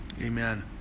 Amen